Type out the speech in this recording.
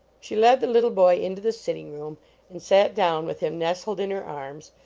she led the little boy into the sitting-room and sat down with him nestled in her arms,